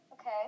Okay